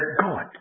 God